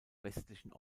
westlichen